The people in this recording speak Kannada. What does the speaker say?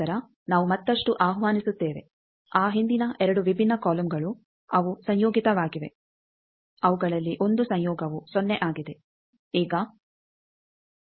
ನಂತರ ನಾವು ಮತ್ತಷ್ಟು ಆಹ್ವಾನಿಸುತ್ತೇವೆ ಆ ಹಿಂದಿನ 2 ವಿಭಿನ್ನ ಕಾಲಮ್ಗಳು ಅವು ಸಂಯೋಗಿತವಾಗಿವೆ ಅವುಗಳಲ್ಲಿ ಒಂದು ಸಂಯೋಗವು ಸೊನ್ನೆ ಆಗಿದೆ